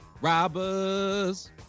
Robbers